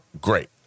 great